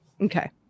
Okay